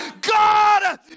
God